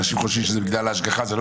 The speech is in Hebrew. אנשים חושבים שזה בגלל ההשגחה,